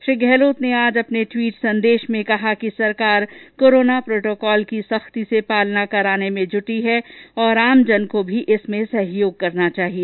श्री गहलोत ने आज अपने ट्वीट संदेश में कहा कि सरकार कोरोना प्रोटोकॉल की सख्ती से पालना कराने में जुटी है और आमजन को भी इसमें सहयोग करना चाहिए